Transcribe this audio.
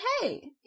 hey